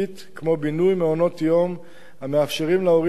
כמו בינוי מעונות-יום המאפשרים להורים להעניק